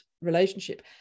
relationship